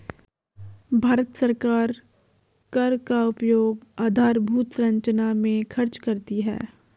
भारत सरकार कर का उपयोग आधारभूत संरचना में खर्च करती है